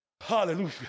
Hallelujah